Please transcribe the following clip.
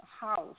house